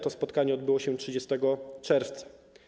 To spotkanie odbyło się 30 czerwca.